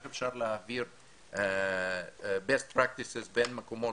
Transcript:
איך אפשר להעביר best practices בין מקומות